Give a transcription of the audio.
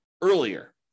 earlier